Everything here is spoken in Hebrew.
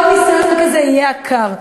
כל ניסיון כזה יהיה עקר,